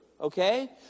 Okay